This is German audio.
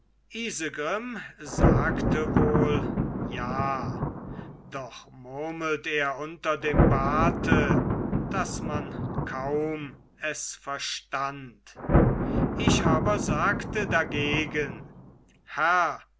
sagte wohl ja doch murmelt er unter dem barte daß man kaum es verstand ich aber sagte dagegen herr